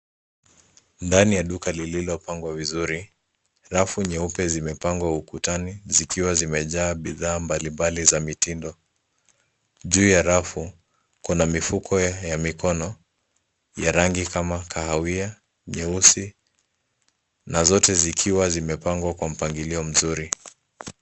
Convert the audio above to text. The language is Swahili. Ndani ya duka lililopangwa vizuri rafu nyeupe zimepangwa ukutani zikiwa zimejaa bidhaa mbalimbali za mitindo. Juu ya rafu, kuna mifuko ya mikono ya rangi kama kahawia, nyeusi na zote zikiwa zimepangwa kwa mpangilio mzuri.